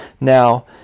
now